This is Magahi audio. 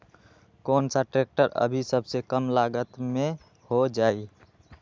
कौन सा ट्रैक्टर अभी सबसे कम लागत में हो जाइ?